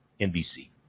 NBC